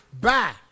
Bye